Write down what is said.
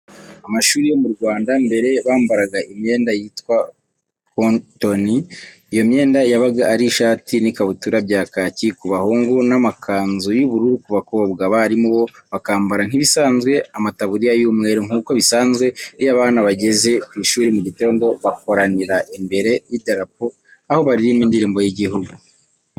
Amashuri yo mu Rwanda mbere bambaraga imyenda yitwa kontoni, iyo myenda yabaga ari ishati n'ikabutura bya kaki ku bahungu n'amakanzu y'ubururu ku bakobwa, abarimu bo bakambara nk'ibisanzwe amataburiya y'umweru. Nk'uko bisanzwe iyo abana bageze ku ishuri mu gitondo bakoranira imbere y'idarapo aho baririmba indirimbo y'igihugu.